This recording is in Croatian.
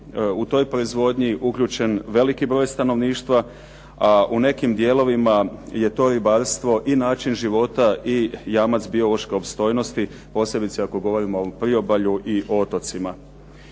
u toj proizvodnji uključen veliki broj stanovništva, a u nekim dijelovima je to ribarstvo i način života i jamac biološke opstojnosti, posebice ako govorimo o priobalju i o otocima.